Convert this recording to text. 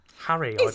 Harry